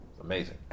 amazing